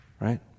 right